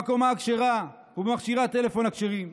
בקומה הכשרה ובמכשירי הטלפון הכשרים.